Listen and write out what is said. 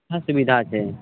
सब सुविधा छै